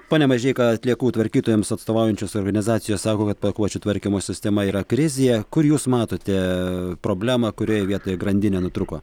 pone mažeika atliekų tvarkytojams atstovaujančios organizacijos sako kad pakuočių tvarkymo sistema yra krizėje kur jūs matote problemą kurioje vietoje grandinė nutrūko